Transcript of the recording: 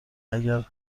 اگر